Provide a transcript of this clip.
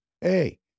Hey